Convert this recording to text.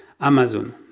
Amazon